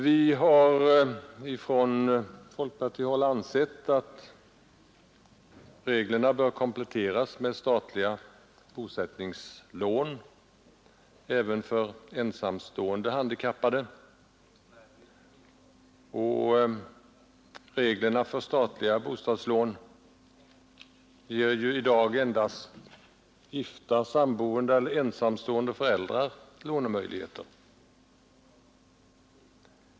Vi har ifrån folkpartihåll ansett att reglerna bör kompletteras med statliga bostadslån även för ensamstående handikappade. Reglerna för statliga bostadslån ger i dag endast gifta och samboende eller ensamstående föräldrar lånemöjligheter.